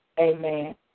Amen